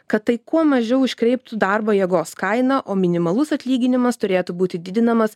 kad tai kuo mažiau iškreiptų darbo jėgos kainą o minimalus atlyginimas turėtų būti didinamas